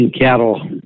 cattle